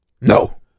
No